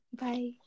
Bye